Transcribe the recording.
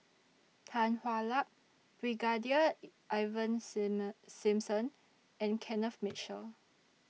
Tan Hwa Luck Brigadier Ivan SIM Simson and Kenneth Mitchell